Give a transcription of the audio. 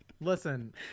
Listen